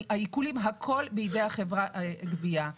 העיקולים הכול בידי חברת הגבייה.